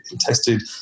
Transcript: tested